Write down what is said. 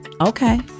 Okay